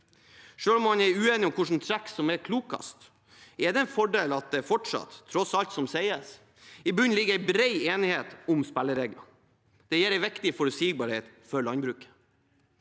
Selv om man er uenige om hvilke trekk som er klokest, er det en fordel at det fortsatt, til tross for alt som sies, i bunnen ligger en bred enighet om spillereglene. Det gir en viktig forutsigbarhet for landbruket.